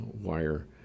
wire